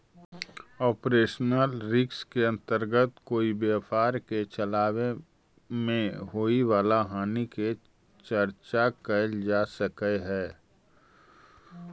operational risk के अंतर्गत कोई व्यापार के चलावे में होवे वाला हानि के चर्चा कैल जा सकऽ हई